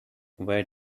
where